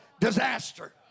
disaster